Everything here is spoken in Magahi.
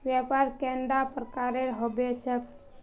व्यापार कैडा प्रकारेर होबे चेक?